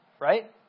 right